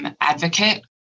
advocate